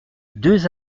deux